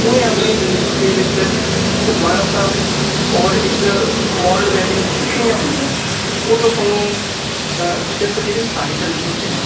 ਉਹਨੇ ਆਪਣੀ ਜ਼ਿੰਦਗੀ ਦੇ ਵਿੱਚ ਇੱਕ ਮਾਨਵਤਾ ਔਰ ਇੱਕ ਅ ਮੋਰਲ ਵੈਲਿਊ ਸਿੱਖਣੀਆਂ ਹੁੰਦੀਆਂ ਉਹ ਜੋ ਤੁਹਾਨੂੰ ਅਂ ਸਿਰਫ਼ ਜਿਹੜੇ ਸਾਹਿਤ ਲਿਟਰੇਚਰ ਹੈ